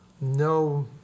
no